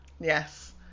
Yes